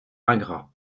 ingrat